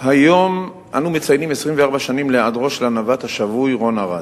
היום אנו מציינים 24 שנים להיעדרו של הנווט השבוי רון ארד.